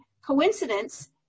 coincidence